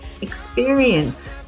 Experience